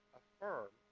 affirm